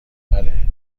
بله